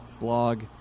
blog